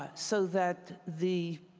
that so that the